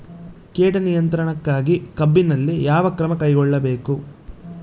ಕೇಟ ನಿಯಂತ್ರಣಕ್ಕಾಗಿ ಕಬ್ಬಿನಲ್ಲಿ ಯಾವ ಕ್ರಮ ಕೈಗೊಳ್ಳಬೇಕು?